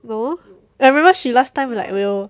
no I remember she last time like real